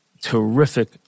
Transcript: Terrific